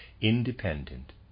independent